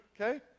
Okay